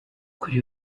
kuri